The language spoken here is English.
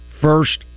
First